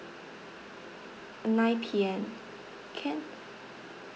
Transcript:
nine P_M can